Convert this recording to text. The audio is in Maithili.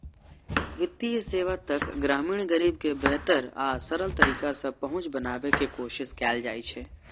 वित्तीय सेवा तक ग्रामीण गरीब के बेहतर आ सरल तरीका सं पहुंच बनाबै के कोशिश कैल जाइ छै